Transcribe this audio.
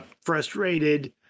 frustrated